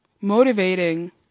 motivating